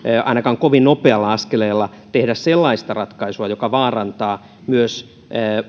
ainakaan kovin nopealla askeleella tehdä sellaista ratkaisua joka vaarantaa myös